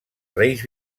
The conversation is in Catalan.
reis